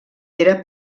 era